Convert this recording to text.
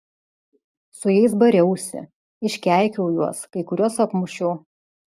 su jais bariausi iškeikiau juos kai kuriuos apmušiau